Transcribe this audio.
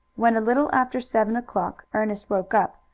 when, a little after seven o'clock, ernest woke up,